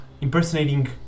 impersonating